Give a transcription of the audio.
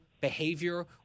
behavior